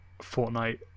Fortnite